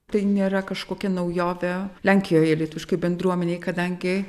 tai nėra kažkokia naujovė lenkijoje lietuviškai bendruomenei kadangi